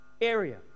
area